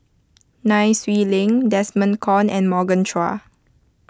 Nai Swee Leng Desmond Kon and Morgan Chua